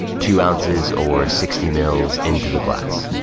two ounces or sixty mils into the glass.